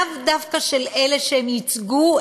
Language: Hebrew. לאו דווקא של אלה שהם ייצגו,